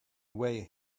away